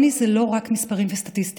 עוני זה לא רק מספרים וסטטיסטיקות.